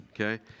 okay